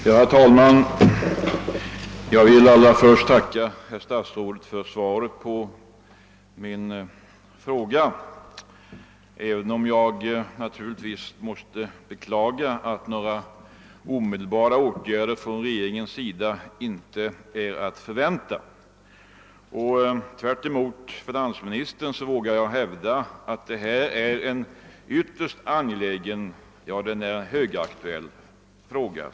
Herr talman! Jag vill allra först tacka herr statsrådet för svaret på min fråga, även om jag naturligtvis måste beklaga att några omedelbara åtgärder från regeringens sida inte är att förvänta. Tvärtemot finansministern vågar jag hävda att det här rör sig om en ytterst angelägen, ja, högaktuell fråga.